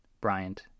Bryant